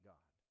God